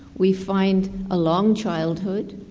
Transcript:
we find a long childhood,